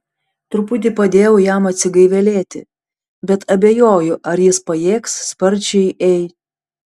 truputį padėjau jam atsigaivelėti bet abejoju ar jis pajėgs sparčiai ei